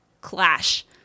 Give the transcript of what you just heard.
clash